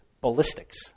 ballistics